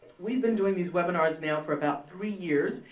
we've been doing these webinars now for about three years,